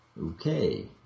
Okay